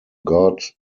god